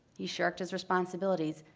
he's shirked his responsibilities.